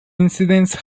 incidents